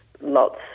lots